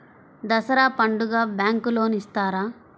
దసరా పండుగ bank loan ఇస్తారా?